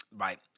Right